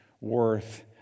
worth